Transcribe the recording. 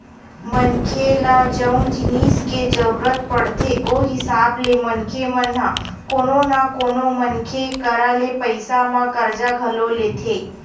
मनखे ल जउन जिनिस के जरुरत पड़थे ओ हिसाब ले मनखे मन ह कोनो न कोनो मनखे करा ले पइसा म करजा घलो लेथे